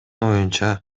оюнча